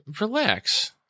relax